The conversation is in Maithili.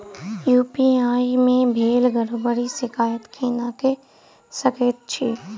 यु.पी.आई मे भेल गड़बड़ीक शिकायत केना कऽ सकैत छी?